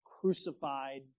crucified